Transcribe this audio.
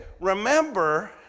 remember